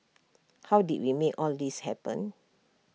how did we make all this happen